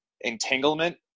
entanglement